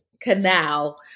canal